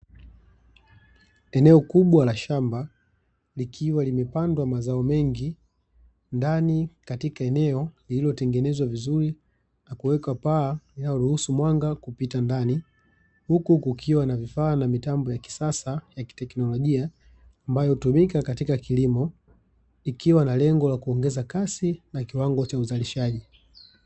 Eneo kubwa la shamba likiwa limepandwa mazao mengi, ndani katika eneo lililotengenezwa vizuri na kuwekwa paa linalo ruhusu mwanga kupita ndani. Huku kukiwa na vifaa na mitambo ya kisasa ya kiteknolojia ambayo hutumika katika kilimo, ikiwa na lengo la kuongeza kasi na kiwango cha uzalishaji.